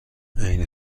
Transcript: عین